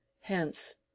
Hence